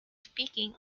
speaking